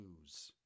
lose